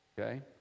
Okay